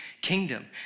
kingdom